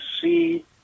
see